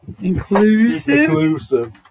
inclusive